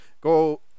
Go